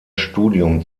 studium